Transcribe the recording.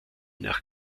nach